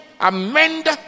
amend